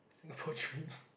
Singapore dream